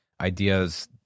ideas